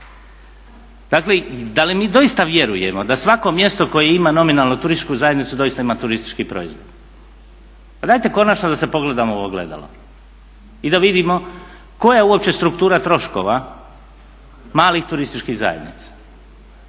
Dakle, da li mi doista vjerujemo da svako mjesto koje ima nominalno turističku zajednicu doista ima turistički proizvod? Pa dajte konačno da se pogledamo u ogledalo i da vidimo koja je uopće struktura troškova malih turističkih zajednica.